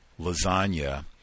lasagna